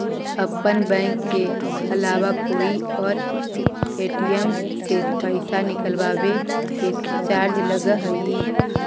अपन बैंक के अलावा कोई और ए.टी.एम से पइसा निकलवावे के चार्ज लगऽ हइ